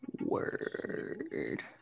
Word